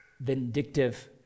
vindictive